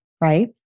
right